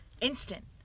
instant